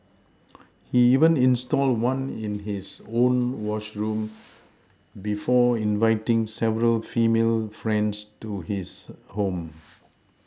he even installed one in his own washroom before inviting several female friends to his home